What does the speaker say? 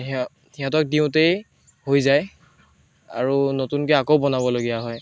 সিঅঁ সিহঁতক দিওঁতেই হৈ যায় আৰু নতুনকৈ আকৌ বনাবলগীয়া হয়